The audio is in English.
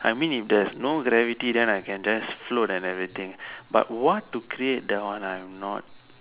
I mean if there's no gravity then I can just float and everything but what to create that one I'm not